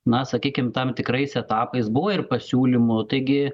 na sakykim tam tikrais etapais buvo ir pasiūlymų taigi